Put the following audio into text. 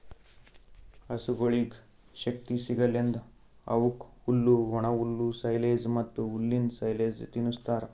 ಹಸುಗೊಳಿಗ್ ಶಕ್ತಿ ಸಿಗಸಲೆಂದ್ ಅವುಕ್ ಹುಲ್ಲು, ಒಣಹುಲ್ಲು, ಸೈಲೆಜ್ ಮತ್ತ್ ಹುಲ್ಲಿಂದ್ ಸೈಲೇಜ್ ತಿನುಸ್ತಾರ್